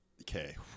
Okay